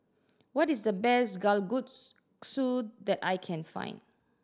waht is the best Kalguksu that I can find